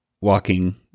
walking